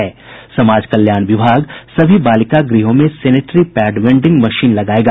समाज कल्याण विभाग सभी बालिका ग्रहों में सेनेटरी पैड वेंडिंग मशीन लगायेगा